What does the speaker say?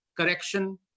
correction